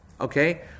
Okay